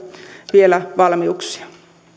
vielä valmiuksia